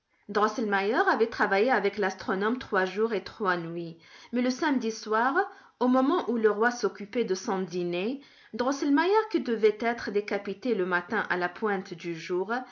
avait travaillé avec l'astronome trois jours et trois nuits mais le samedi soir au moment où le roi s'occupait de son dîner drosselmeier qui devait être décapité le matin à la pointe du jour